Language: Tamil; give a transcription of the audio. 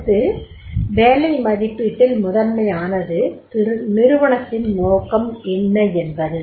அடுத்து வேலை மதிப்பீட்டில் முதன்மையானது நிறுவனத்தின் நோக்கம் என்ன என்பது